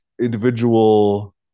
individual